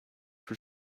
for